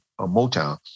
Motown